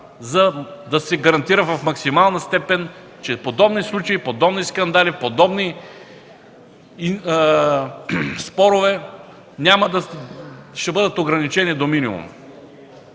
за да се гарантира в максимална степен, че подобни случаи, подобни скандали и подобни спорове ще бъдат ограничени до минимум.